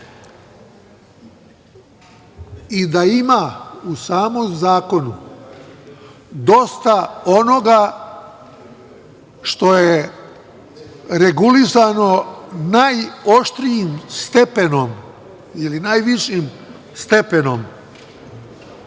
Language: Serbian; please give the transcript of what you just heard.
i da ima u samom zakonu dosta onoga što je regulisano najoštrijim stepenom ili najvišim stepenom,